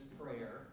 prayer